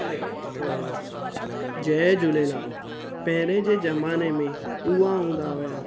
चलेगा पर थोरा पास में हा जय झूलेलाल पहिरें जे ज़माने में कुआं हूंदा हुया